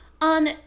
On